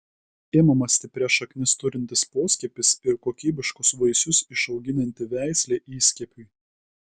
imamas stiprias šaknis turintis poskiepis ir kokybiškus vaisius išauginanti veislė įskiepiui